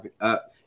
up